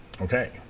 Okay